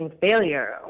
failure